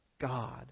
God